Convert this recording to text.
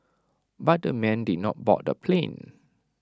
but the men did not board the plane